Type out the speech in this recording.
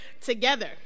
together